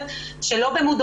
שלום.